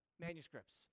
manuscripts